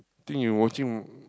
think you watching